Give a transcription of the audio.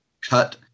cut